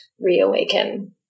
reawaken